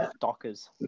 Dockers